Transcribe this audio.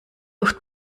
oft